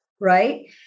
right